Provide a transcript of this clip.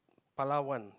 Palawan